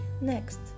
Next